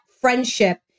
friendship